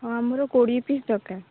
ହଁ ଆମର କୋଡ଼ିଏ ପିସ୍ ଦରକାର